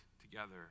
together